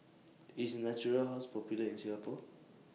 IS Natura House Popular in Singapore